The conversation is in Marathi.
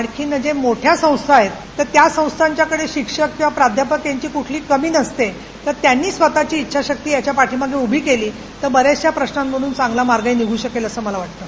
आणखी ज्या मोठ्या संस्था आहेत तर त्या संस्थांच्याकडे शिक्षक किंवा प्राध्यापक यांनी कुठली कमी नसते तर त्यांनी स्वतःची इच्छाशक्ती याच्या पाठीमागे उभी केली तर बन्याचश्य प्रशनंमधून चांगला मार्ग निगू शकेल असं मला वाटतं